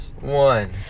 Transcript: One